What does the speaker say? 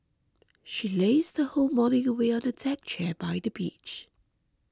she lazed her whole morning away on a deck chair by the beach